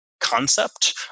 concept